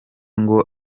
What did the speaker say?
ngo